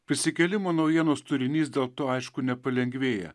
prisikėlimo naujienos turinys dėl to aišku nepalengvėja